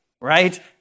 right